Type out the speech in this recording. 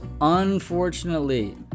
unfortunately